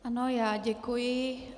Ano, já děkuji.